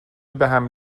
بهم